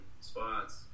spots